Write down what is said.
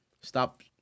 Stop